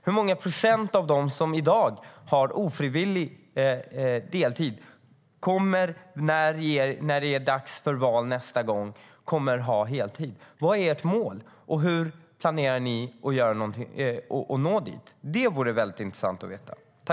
Hur många procent av dem som i dag har ofrivillig deltid kommer att ha heltid när det är dags för val nästa gång? Vad är ert mål, och hur planerar ni att nå dit? Det vore väldigt intressant att veta.